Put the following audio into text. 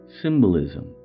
symbolism